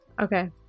Okay